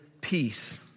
peace